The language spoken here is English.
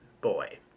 boy